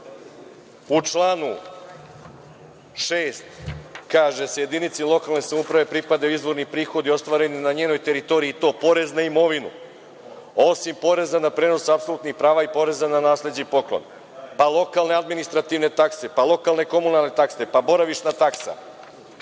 U članu 6. kaže se – jedinici lokalne samouprave pripadaju izvorni prihodi ostvareni na njenoj teritoriji, i to porez na imovinu, osim poreza na prenos apsolutnih prava i poreza na nasleđe i poklon, pa lokalne administrativne takse, pa lokalne komunalne takse, pa boravišna taksa,